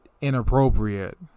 inappropriate